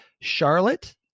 charlotte